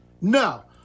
No